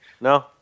No